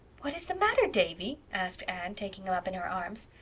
what is the matter, davy? asked anne, taking him up in her arms.